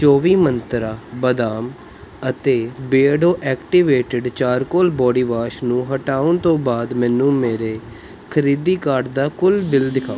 ਚੌਵੀ ਮੰਤਰਾ ਬਦਾਮ ਅਤੇ ਬੀਅਰਡੋ ਐਕਟੀਵੇਟਿਡ ਚਾਰਕੋਲ ਬਾਡੀਵਾਸ਼ ਨੂੰ ਹਟਾਉਣ ਤੋਂ ਬਾਅਦ ਮੈਨੂੰ ਮੇਰੇ ਖਰੀਦੀ ਕਾਰਟ ਦਾ ਕੁੱਲ ਬਿੱਲ ਦਿਖਾਓ